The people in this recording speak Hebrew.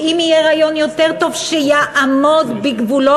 ואם יהיה רעיון יותר טוב שיעמוד בגבולות